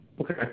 Okay